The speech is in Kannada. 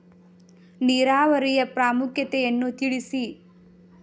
ನೀರಾವರಿಯ ಪ್ರಾಮುಖ್ಯತೆ ಯನ್ನು ತಿಳಿಸಿ?